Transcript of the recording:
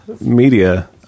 media